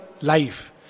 life